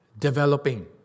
developing